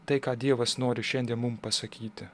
tai ką dievas nori šiandien mum pasakyti